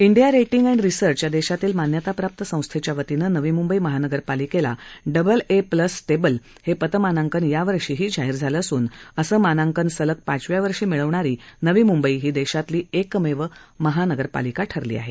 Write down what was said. India rating and research या देशातील मान्यताप्राप्त संस्थेच्या वतीनं नवी म्ंबई महानगरपालिकेला डबल ए प्लस स्टेबल हे पतमानांकन यावर्षीही जाहीर झालं असून असं मानांकन सलग पाचव्या वर्षी मिळवणारी नवी मुंबई ही देशातील एकमेव महानगरपालिका आहे